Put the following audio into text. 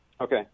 Okay